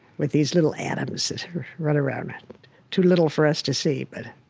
with these little atoms that run around too little for us to see. but,